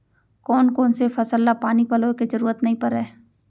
कोन कोन से फसल ला पानी पलोय के जरूरत नई परय?